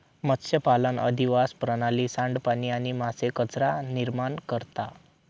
मत्स्यपालन अधिवास प्रणाली, सांडपाणी आणि मासे कचरा निर्माण करता